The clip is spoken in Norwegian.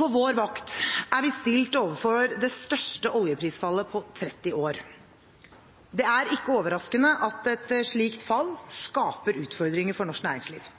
På vår vakt er vi stilt overfor det største oljeprisfallet på 30 år. Det er ikke overraskende at et slikt fall skaper utfordringer for norsk næringsliv.